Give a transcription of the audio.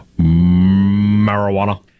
Marijuana